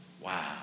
Wow